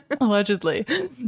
Allegedly